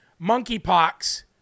monkeypox